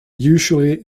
usually